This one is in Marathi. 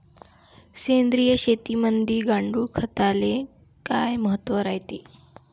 सेंद्रिय शेतीमंदी गांडूळखताले काय महत्त्व रायते?